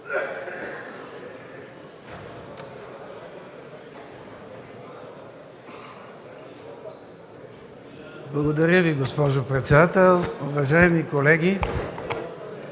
Благодаря Ви, госпожо председател. Уважаеми господин